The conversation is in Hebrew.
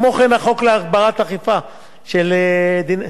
כמו כן, החוק להגברת האכיפה של דיני,